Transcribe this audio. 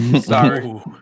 sorry